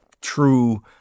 true